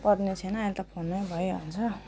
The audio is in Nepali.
पर्ने छैन अहिले त फोनमा भइहाल्छ